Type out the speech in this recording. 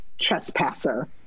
trespasser